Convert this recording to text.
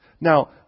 Now